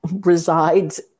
resides